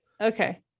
Okay